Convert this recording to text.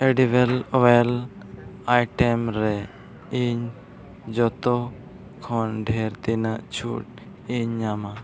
edible oil item ᱨᱮ ᱤᱧ ᱡᱷᱚᱛᱚ ᱠᱷᱚᱱ ᱰᱷᱮᱨ ᱤᱧ ᱛᱤᱱᱟᱹᱜ ᱪᱷᱩᱴ ᱤᱧ ᱧᱟᱢᱟ